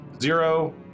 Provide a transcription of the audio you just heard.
zero